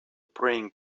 praying